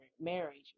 marriage